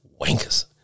wankers